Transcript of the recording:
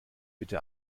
bitte